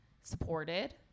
supported